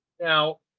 Now